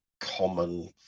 common